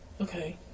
Okay